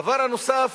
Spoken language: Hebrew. הדבר הנוסף,